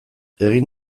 egin